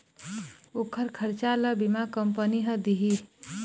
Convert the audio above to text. ओखर खरचा ल बीमा कंपनी ह दिही